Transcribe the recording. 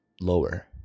lower